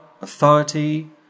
Authority